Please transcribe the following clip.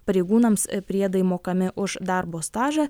pareigūnams priedai mokami už darbo stažą